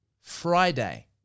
Friday